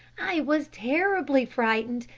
i was terribly frightened,